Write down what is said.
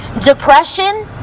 depression